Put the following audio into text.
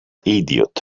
idiot